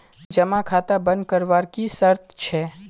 जमा खाता बन करवार की शर्त छे?